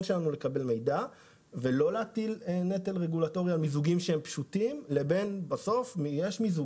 לקבל מידע ולא להטיל נטל כבד על מיזוגים פשוטים לבין מיזוגים